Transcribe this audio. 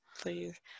please